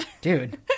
Dude